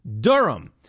Durham